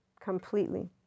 completely